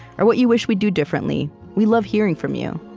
or what you wish we'd do differently. we love hearing from you